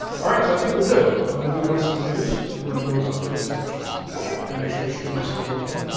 all right, so i think we're good. i'm going to do the rest of the news, if you wanna go field some questions ok. and make sure the stream is still working.